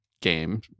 game